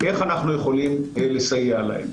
איך אנחנו יכולים לסייע להם.